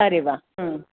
अरे वा